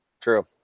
True